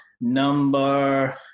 number